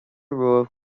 romhaibh